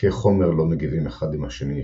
חלקיקי חומר לא מגיבים אחד עם השני ישירות.